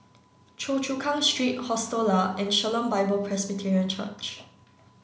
Choa Chu Kang Street Hostel Lah and Shalom Bible Presbyterian Church